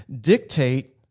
dictate